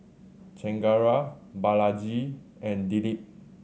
Chengara Balaji and Dilip